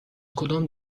کدام